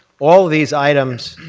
all of these items,